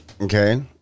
okay